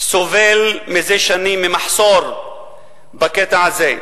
סובל זה שנים ממחסור בקטע הזה.